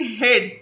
head